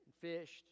fished